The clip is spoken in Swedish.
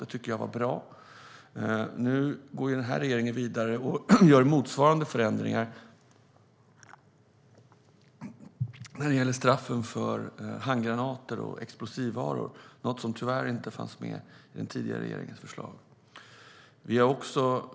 Det var bra. Nu går den här regeringen vidare och gör motsvarande förändringar när det gäller straffen för handgranater och explosivvaror, något som tyvärr inte fanns med i den tidigare regeringens förslag.